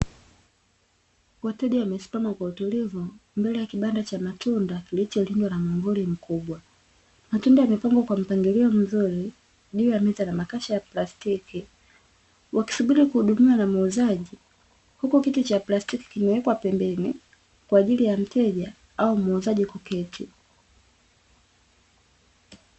Wateja wamesimama kwa utulivu mbele ya kibanda cha matunda kilicholindwa na mwamvuli mkubwa, matunda yamepangwa kwa mpangilio mzuri juu ya meza na makasha ya plastiki wakisubiri kuhudumiwa na muuzaji huku kiti cha plastiki kimewekwa pembeni kwa ajili ya mteja au muuzaji kuketi.